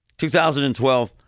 2012